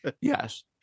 Yes